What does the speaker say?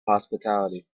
hospitality